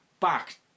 back